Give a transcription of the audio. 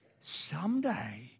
Someday